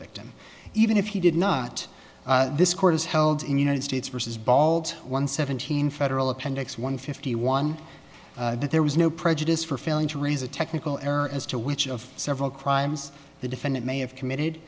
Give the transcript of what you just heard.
victim even if he did not this court is held in united states versus bald one seventeen federal appendix one fifty one that there was no prejudice for failing to raise a technical error as to which of several crimes the defendant may have committed